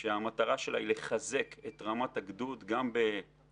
המטרה שלה היא לחזק את רמת הגדוד גם בציוד,